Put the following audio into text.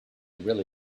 really